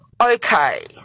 Okay